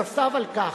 נוסף על כך,